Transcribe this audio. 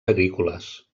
agrícoles